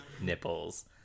nipples